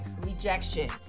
rejection